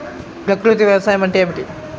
ప్రకృతి వ్యవసాయం అంటే ఏమిటి?